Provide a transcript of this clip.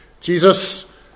Jesus